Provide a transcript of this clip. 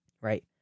right